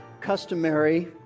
customary